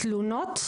תלונות,